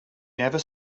never